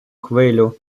хвилю